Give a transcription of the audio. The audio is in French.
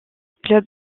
club